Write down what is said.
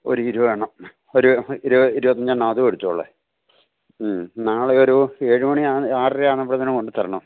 ഒരു ഇരുപത് എണ്ണം ഒരു ഒരു ഇരുപത്തി അഞ്ച് എണ്ണം അതും എടുത്തോ ഉള്ളത് ഉം നാളെയൊരു എഴുമണി യാ ആറരയാകുമ്പത്തേനും കൊണ്ട് തരണം